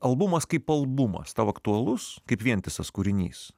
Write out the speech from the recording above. albumas kaip albumas tau aktualus kaip vientisas kūrinys